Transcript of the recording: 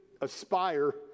aspire